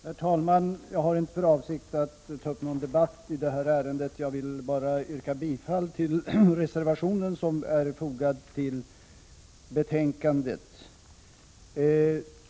Herr talman! Jag har inte för avsikt att ta upp en debatt i ärendet. Jag vill bara yrka bifall till den reservation som är fogad till betänkandet.